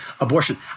abortion